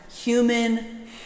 human